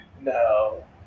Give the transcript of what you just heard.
No